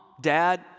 dad